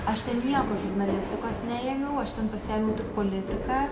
aš ten nieko žurnalistikos neėmiau aš ten pasiėmiau politiką